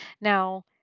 now